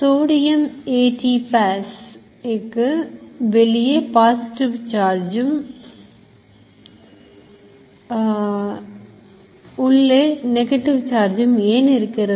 சோடியம்ATPase இக்கு வெளியே positive Charge ம் உள்ளே நெகட்டிவ் சார்ஜும் ஏன் இருக்கிறது